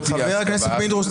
תהיה הסכמה --- חבר הכנסת פינדרוס,